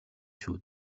шүү